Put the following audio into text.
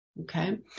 okay